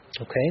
Okay